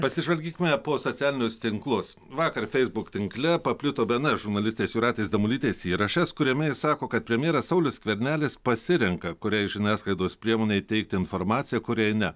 pasižvalgykime po socialinius tinklus vakar facebook tinkle paplito bns žurnalistės jūratės damulytės įrašas kuriame ji sako kad premjeras saulius skvernelis pasirenka kuriai žiniasklaidos priemonei teikti informaciją kuriai ne